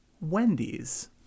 Wendy's